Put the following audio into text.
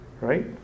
Right